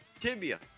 tibia